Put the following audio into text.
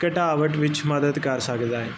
ਘਟਾਵਟ ਵਿੱਚ ਮਦਦ ਕਰ ਸਕਦਾ ਹੈ